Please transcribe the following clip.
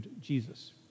Jesus